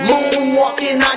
Moonwalking